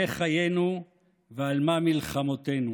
מה חיינו ועל מה מלחמותינו.